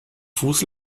fuß